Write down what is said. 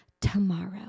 tomorrow